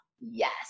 yes